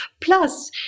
Plus